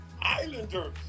islanders